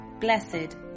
Blessed